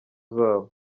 zabo